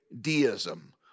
deism